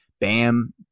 Bam